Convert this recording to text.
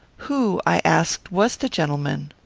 who, i asked, was the gentleman?